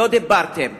לא דיברתם.